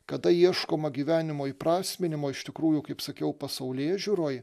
kada ieškoma gyvenimo įprasminimo iš tikrųjų kaip sakiau pasaulėžiūroj